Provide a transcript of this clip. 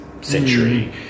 century